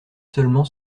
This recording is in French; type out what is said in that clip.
seulement